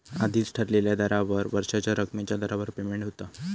आधीच ठरलेल्या दरावर वर्षाच्या रकमेच्या दरावर पेमेंट होता